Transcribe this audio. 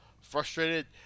frustrated